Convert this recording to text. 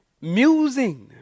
musing